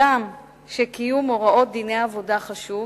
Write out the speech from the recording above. הגם שקיום הוראות דיני עבודה חשוב,